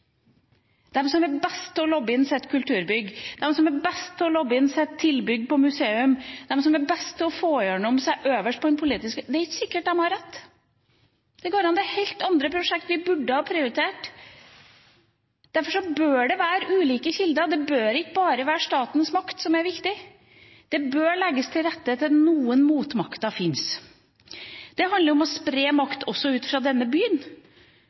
som er best til å lobbe inn sitt kulturbygg, de som er best til å lobbe inn sitt museumstilbygg, de som er best til å få gjennomslag på øverste politiske nivå. Det er ikke sikkert de har rett. Det kan være at det er helt andre prosjekter vi burde ha prioritert. Derfor bør det være ulike kilder. Det bør ikke bare være statens makt som er viktig. Det bør legges til rette for at det finnes noen motmakter. Det handler om å spre makt også ut fra denne byen,